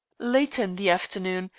later in the afternoon,